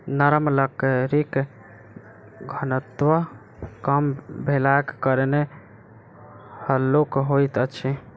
नरम लकड़ीक घनत्व कम भेलाक कारणेँ हल्लुक होइत अछि